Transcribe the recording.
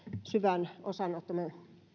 syvän osanottomme